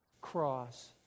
cross